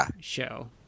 show